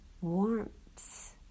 warmth